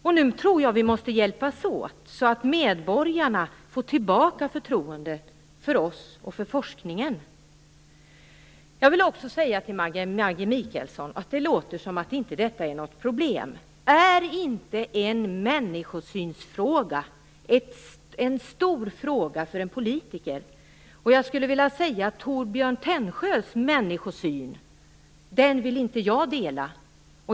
Jag tror att vi nu måste hjälpas åt, så att medborgarna får tillbaka förtroendet för oss och för forskningen. Till Maggi Mikaelsson vill jag säga att det låter som om detta inte är något problem. Är inte en människosynsfråga en stor fråga för en politiker? Och det skulle jag också vilja säga, att Torbjörn Tännsjös människosyn vill inte jag dela.